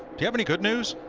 do you have any good news?